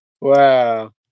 Wow